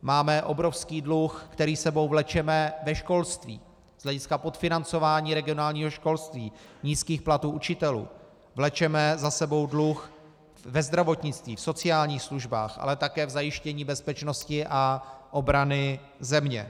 Máme obrovský dluh, který s sebou vlečeme, ve školství z hlediska podfinancování regionálního školství, nízkých platů učitelů, vlečeme za sebou dluh ve zdravotnictví, v sociálních službách, ale také v zajištění bezpečnosti a obrany země.